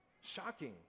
shocking